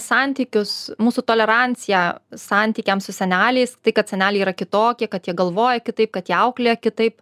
santykius mūsų toleranciją santykiams su seneliais tai kad seneliai yra kitokie kad jie galvoja kitaip kad jie auklėja kitaip